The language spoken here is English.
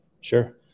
Sure